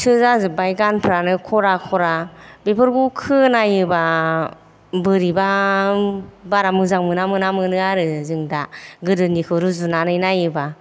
सो जाजोबबाय गानफ्रानो खरा खरा बेफोरखौ खोनायोबा बोरैबा बारा मोजां मोना मोना मोनो आरो जों दा गोदोनिखौ रुजुनानै नायोबा